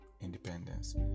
independence